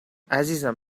عزیزم